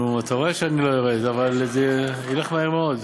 נו, אתה רואה שאני לא יורד, אבל זה ילך מהר מאוד.